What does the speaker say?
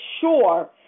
sure